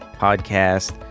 podcast